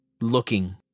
looking